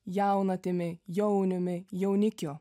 jaunatimi jauniumi jaunikiu